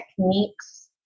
techniques